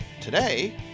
Today